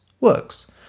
works